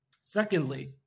Secondly